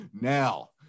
Now